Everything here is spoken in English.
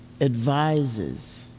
advises